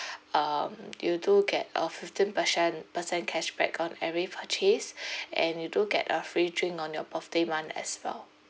um you do get a fifteen percent percent cashback on every purchase and you do get a free drink on your birthday month as well